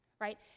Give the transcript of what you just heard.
right